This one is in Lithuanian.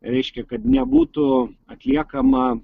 reiškia kad nebūtų atliekama